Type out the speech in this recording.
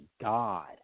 God